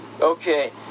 Okay